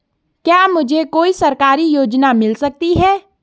क्या मुझे कोई सरकारी योजना मिल सकती है?